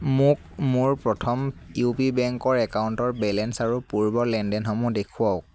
মোক মোৰ প্ৰথম ইউ পি বেংকৰ একাউণ্টৰ বেলেঞ্চ আৰু পূৰ্বৰ লেনদেনসমূহ দেখুৱাওক